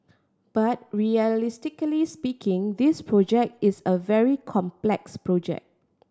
but realistically speaking this project is a very complex project